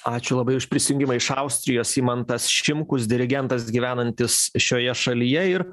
ačiū labai už prisijungimą iš austrijos imantas šimkus dirigentas gyvenantis šioje šalyje ir